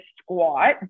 squat